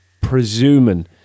presuming